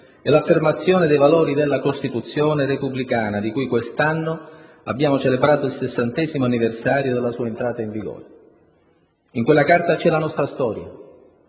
e l'affermazione dei valori della Costituzione repubblicana di cui quest'anno abbiamo celebrato il sessantesimo anniversario della sua entrata in vigore. In quella Carta c'è la nostra storia,